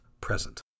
present